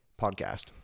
podcast